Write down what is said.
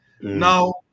Now